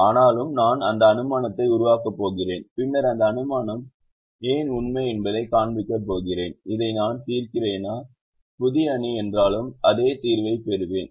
ஆனாலும் நான் அந்த அனுமானத்தை உருவாக்கப் போகிறேன் பின்னர் அந்த அனுமானம் ஏன் உண்மை என்பதைக் காண்பிக்கப் போகிறேன் இதை நான் தீர்க்கிறேனா புதிய அணி என்றாலும் அதே தீர்வைப் பெறுவேன்